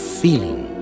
feeling